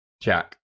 Jack